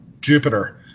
Jupiter